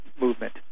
movement